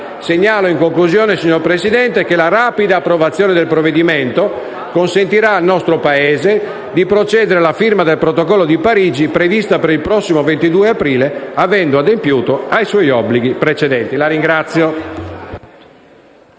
Segnalo, in conclusione, che la rapida approvazione del provvedimento consentirà al nostro Paese di procedere alla firma del Protocollo di Parigi, prevista per il prossimo 22 aprile, avendo adempiuto ai suoi obblighi precedenti. *(Applausi